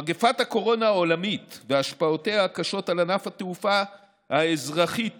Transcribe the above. מגפת הקורונה העולמית והשפעותיה הקשות על ענף התעופה האזרחי הבין-לאומי,